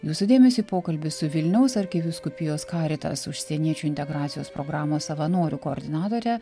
jūsų dėmesiui pokalbis su vilniaus arkivyskupijos karitas užsieniečių integracijos programos savanorių koordinatore